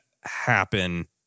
happen